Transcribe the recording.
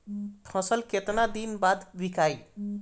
फसल केतना दिन बाद विकाई?